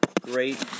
great